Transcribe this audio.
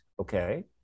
okay